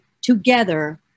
together